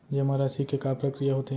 जेमा राशि के का प्रक्रिया होथे?